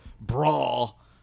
brawl